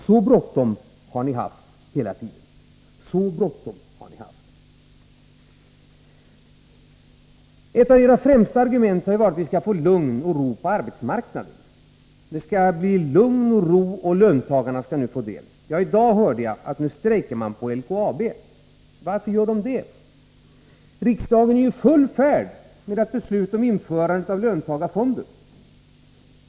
Så bråttom har ni haft hela tiden. Ett av era främsta argument har varit att vi skall få lugn och ro på arbetsmarknaden och att löntagarna nu skall få sin del. I dag hörde jag att de strejkar på LKAB. Varför gör de det? Riksdagen är ju i full färd med att besluta om införandet av löntagarfonder.